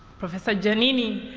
professor giannini